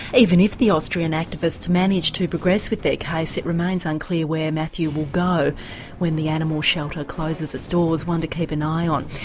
even if the austrian activists manage to progress with their case it remains unclear where matthew will go when the animal shelter closes its doors one to keep an eye on.